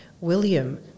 William